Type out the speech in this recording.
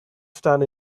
stand